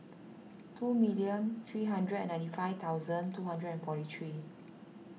two million three hundred and ninety five thousand two hundred and forty three